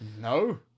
no